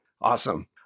Awesome